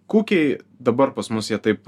kukiai dabar pas mus jie taip